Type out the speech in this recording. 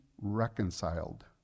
reconciled